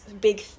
big